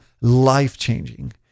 life-changing